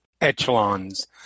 echelons